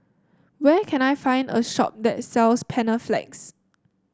where can I find a shop that sells Panaflex